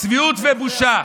צביעות ובושה.